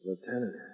Lieutenant